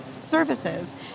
Services